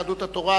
יהדות התורה,